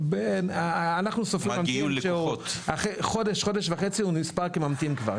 אנחנו סופרים ממתינים אחרי חודש-חודש וחצי הוא נספר כממתין כבר,